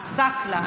עָסַאקְלֶה.